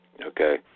okay